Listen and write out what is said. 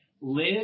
live